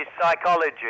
psychology